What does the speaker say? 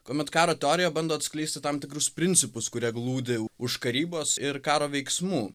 kuomet karo teorija bando atskleisti tam tikrus principus kurie glūdi už karybos ir karo veiksmų